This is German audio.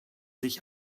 sich